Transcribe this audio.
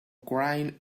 crying